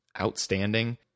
outstanding